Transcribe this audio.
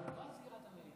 לא עד סגירת המליאה.